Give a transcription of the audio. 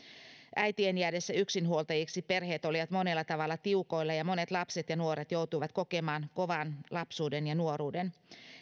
äitien jäädessä yksinhuoltajiksi perheet olivat monella tavalla tiukoilla ja ja monet lapset ja nuoret joutuivat kokemaan kovan lapsuuden ja nuoruuden